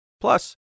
Plus